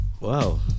Wow